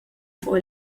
fuq